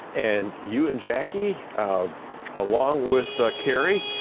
and you and jackie along with cary,